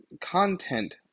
content